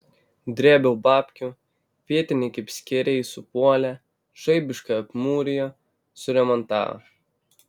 drėbiau babkių vietiniai kaip skėriai supuolė žaibiškai apmūrijo suremontavo